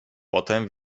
potem